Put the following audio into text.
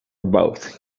both